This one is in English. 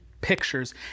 pictures